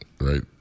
right